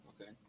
Okay